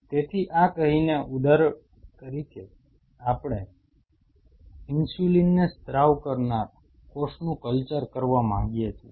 તેથી આ કહીને ઉદાહરણ તરીકે આપણે ઇન્સ્યુલિનને સ્ત્રાવ કરનાર કોષનું કલ્ચર કરવા માગીએ છીએ